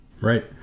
Right